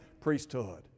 priesthood